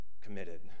committed